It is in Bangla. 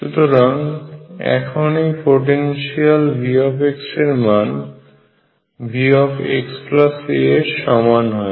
সুতরাং এখন এই পোটেনশিয়াল V এর মান Vxa এর সমান হয়